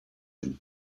him